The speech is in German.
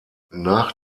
nach